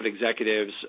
executives